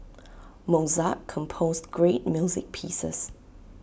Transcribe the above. Mozart composed great music pieces